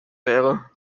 wäre